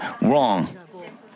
wrong